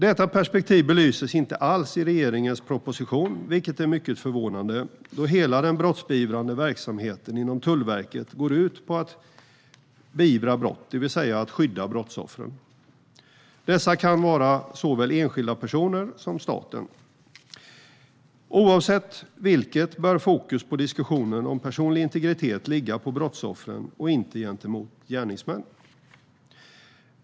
Detta perspektiv belyses inte alls i regeringens proposition, vilket är mycket förvånande då hela den brottsbeivrande verksamheten inom Tullverket går ut på att just beivra brott, det vill säga skydda brottsoffren. Dessa kan vara såväl enskilda personer som staten. Oavsett vilket bör fokus i diskussionen om personlig integritet ligga på brottsoffer och inte på gärningsmän.